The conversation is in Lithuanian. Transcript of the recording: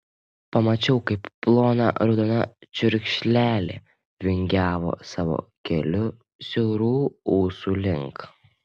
pamačiau kaip plona raudona čiurkšlelė vingiavo savo keliu siaurų ūsų link